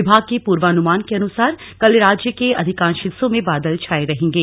विभाग के पूर्वानुमान के अनुसार कल राज्य के अधिकांश हिस्सों में बादल छाए रहेंगे